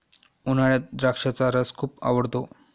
उन्हाळ्यात द्राक्षाचा रस खूप आवडतो